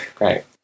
Right